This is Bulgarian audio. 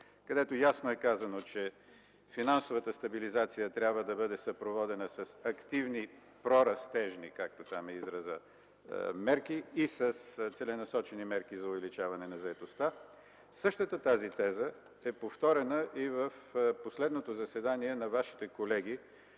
където ясно е казано, че финансовата стабилизация трябва да бъде съпроводена с активни прорастежни, както там е изразът, мерки и с целенасочени мерки за увеличаване на заетостта. Същата тази теза е повторена и в последното заседание на Вашите колеги